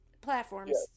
platforms